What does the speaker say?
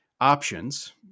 options